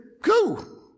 go